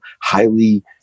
highly